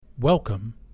Welcome